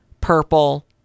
purple